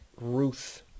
Ruth